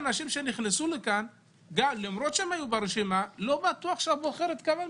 שההסדר שנקבע בחוק היסוד בעניין מועד העברת התקציב,